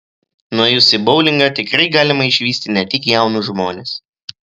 nuėjus į boulingą tikrai galima išvysti ne tik jaunus žmones